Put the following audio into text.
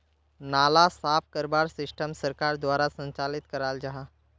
नाला साफ करवार सिस्टम सरकार द्वारा संचालित कराल जहा?